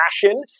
fashion